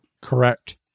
Correct